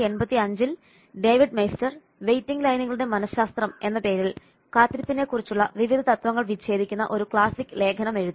1985 ൽ David Maister waiting ലൈനുകളുടെ മനശാസ്ത്രം "The Psychology of Waiting Lines" എന്ന പേരിൽ കാത്തിരിപ്പിനെക്കുറിച്ചുള്ള വിവിധ തത്ത്വങ്ങൾ വിച്ഛേദിക്കുന്ന ഒരു ക്ലാസിക് ലേഖനം എഴുതി